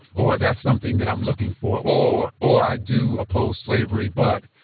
or that's something that i'm looking for, or or i do oppose slavery, but.